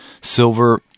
silver